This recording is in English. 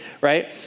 right